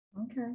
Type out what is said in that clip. Okay